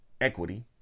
equity